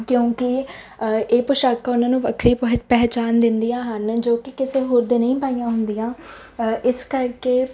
ਕਿਉਂਕਿ ਇਹ ਪੁਸ਼ਾਕ ਉਹਨਾਂ ਨੂੰ ਵੱਖਰੀ ਪਹਿ ਪਹਿਚਾਣ ਦਿੰਦੀਆਂ ਹਨ ਜੋ ਕਿ ਕਿਸੇ ਹੋਰ ਦੇ ਨਹੀਂ ਪਾਈਆਂ ਹੁੰਦੀਆਂ ਇਸ ਕਰਕੇ